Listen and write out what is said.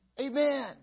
Amen